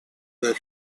their